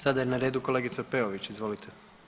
Sada je na redu kolegica Peović, izvolite.